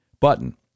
Button